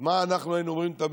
אז מה אנחנו היינו תמיד,